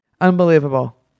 Unbelievable